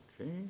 Okay